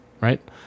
right